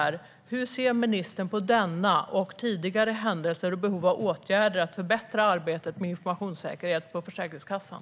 Hur ser ministern på denna och tidigare händelser och behovet av åtgärder för att förbättra arbetet med informationssäkerhet på Försäkringskassan?